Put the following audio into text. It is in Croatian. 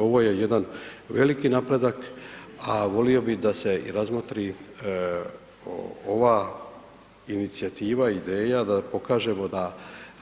Ovo je jedan veliki napredak a volio bih da se razmotri ova inicijativa, ideja da pokažemo da